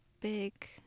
big